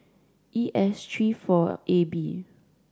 E S tree four A B